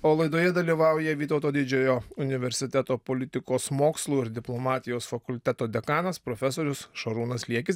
o laidoje dalyvauja vytauto didžiojo universiteto politikos mokslų ir diplomatijos fakulteto dekanas profesorius šarūnas liekis